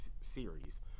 series